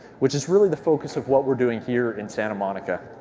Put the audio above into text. which is really the focus of what we're doing here in santa monica.